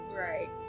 Right